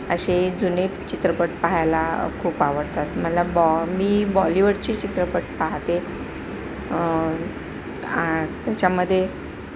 असे जुने चित्रपट पाहायला खूप आवडतात मला बॉ मी बॉलीवूडचे चित्रपट पाहाते त्याच्यामध्ये